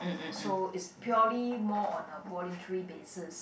so it's purely more on a voluntary basis